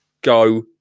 go